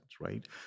right